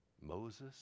Moses